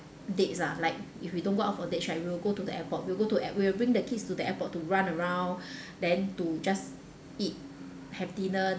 dates lah like if we don't go out for dates right we will go to the airport we'll go to air~ we'll bring the kids to the airport to run around then to just eat have dinner